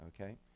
okay